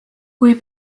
kui